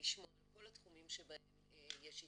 לשמוע על כל התחומים שבהם יש התקדמות,